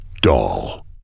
Doll